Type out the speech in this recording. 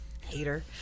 Hater